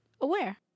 aware